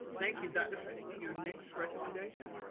thank you, dr. fritz, your next recommendation.